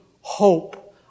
hope